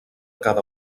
cada